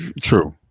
true